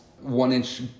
one-inch